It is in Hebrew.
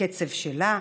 בקצב שלה,